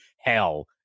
hell